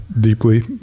deeply